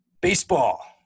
baseball